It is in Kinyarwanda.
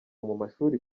mumashuri